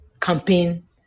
campaign